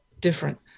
different